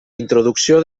introducció